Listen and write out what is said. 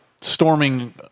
storming